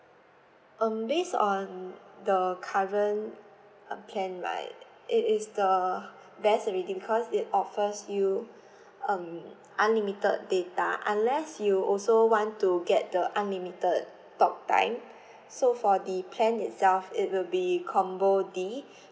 um based on the current uh plan right it is the best already because it offers you um unlimited data unless you also want to get the unlimited talk time so for the plan itself it will be combo D